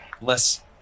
Less